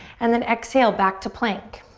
and then exhale, back to plank.